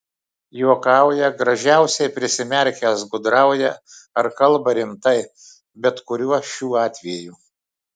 juokauja gražiausiai prisimerkęs gudrauja ar kalba rimtai bet kuriuo šių atvejų